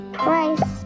price